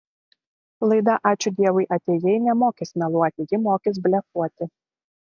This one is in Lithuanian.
laida ačiū dievui atėjai nemokys meluoti ji mokys blefuoti